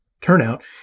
turnout